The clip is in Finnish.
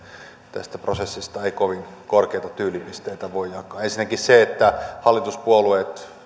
tästä prosessista ei kovin korkeita tyylipisteitä voi jakaa ensinnäkään se että hallituspuolueet